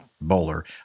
bowler